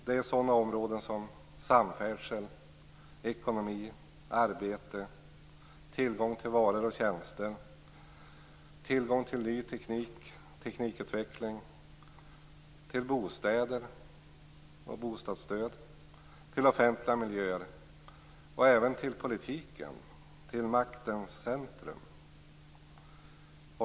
Det är sådana områden som samfärdsel, ekonomi, arbete, tillgång till varor och tjänster, till ny teknik och teknikutveckling, till bostäder och bostadsstöd, till offentliga miljöer och även till politiken, till maktens centrum.